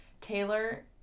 Taylor